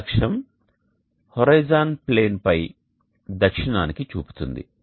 ఈ అక్షం హోరిజోన్ ప్లేన్పై దక్షిణానికి చూపుతుంది